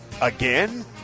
again